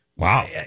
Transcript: Wow